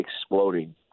exploding